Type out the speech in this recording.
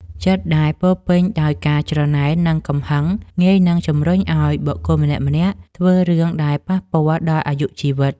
ចិត្តដែលពោរពេញដោយការច្រណែននិងកំហឹងងាយនឹងជម្រុញឱ្យបុគ្គលម្នាក់ៗធ្វើរឿងដែលប៉ះពាល់ដល់អាយុជីវិត។